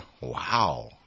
wow